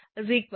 015 158